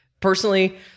Personally